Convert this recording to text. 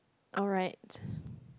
alright